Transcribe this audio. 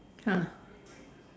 !huh!